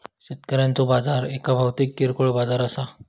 शेतकऱ्यांचो बाजार एक भौतिक किरकोळ बाजार असा